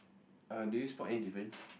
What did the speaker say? uh do you spot any difference